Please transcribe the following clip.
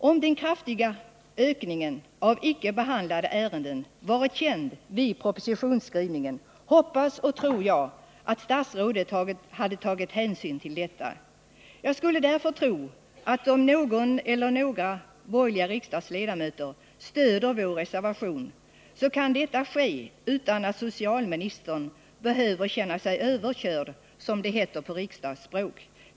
Om den kraftiga ökningen av icke behandlade ärenden hade varit känd vid propositionsskrivningen, hoppas och tror jag att statsrådet skulle ha tagit hänsyn till detta. Jag skulle därför tro att om någon eller några borgerliga riksdagsledamöter stöder vår reservation, så kan detta ske utan att socialministern behöver känna sig överkörd, som det heter på riksdagsspråk.